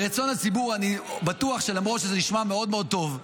רצון הציבור אני בטוח שלמרות שזה נשמע מאוד מאוד טוב,